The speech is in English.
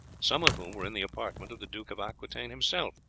some of whom were in the apartment of the duke of aquitaine himself.